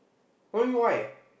what you mean why